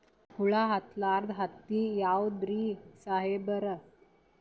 ಹುಳ ಹತ್ತಲಾರ್ದ ಹತ್ತಿ ಯಾವುದ್ರಿ ಸಾಹೇಬರ?